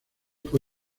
fue